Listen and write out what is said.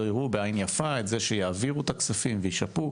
יראו בעין יפה שיעבירו את הכספים וישפו,